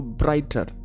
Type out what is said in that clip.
brighter